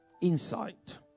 insight